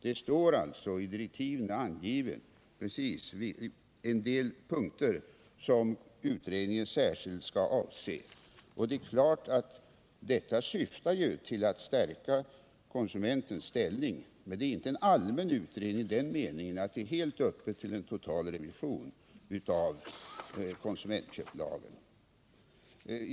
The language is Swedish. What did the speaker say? Det står alltså i direktiven angivet precis en del punkter som utredningen särskilt skall avse. Det är klart att detta syftar till att stärka konsumentens ställning, men det är inte en allmän utredning i den meningen att det är helt öppet för en total revision av konsumentköplagen.